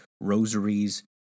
rosaries